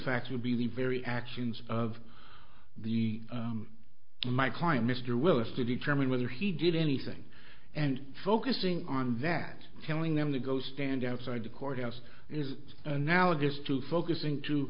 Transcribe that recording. facts would be the very actions of the my client mr willis to determine whether he did anything and focusing on that telling them to go stand outside the courthouse is analogous to focusing too